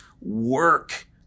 Work